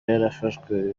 yarafashwe